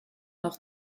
noch